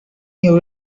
you